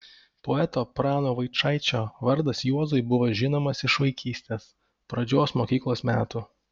poeto prano vaičaičio vardas juozui buvo žinomas iš vaikystės pradžios mokyklos metų